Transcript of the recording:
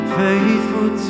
faithful